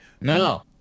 No